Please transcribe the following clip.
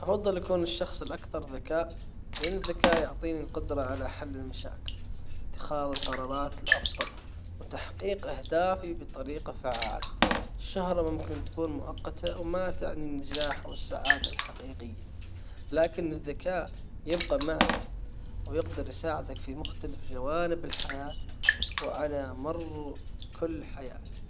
افضل يكون الشخص الاكثر ذكاء لان الذكاء يعطيني القدرة على حل المشاكل. اتخاذ القرارات الافضل وتحقيق اهدافي بطريقة فعالة الشهرة ممكن تكون مؤقتة وما تعني النجاح والسعادة الحقيقية لكن الذكاء يبقى معك ويقدر يساعدك في مختلف جوانب الحياة وعلى مر كل حياتك.